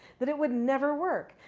that it would never work.